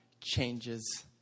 changes